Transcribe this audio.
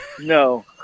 no